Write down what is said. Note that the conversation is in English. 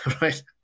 right